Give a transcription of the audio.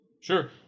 Sure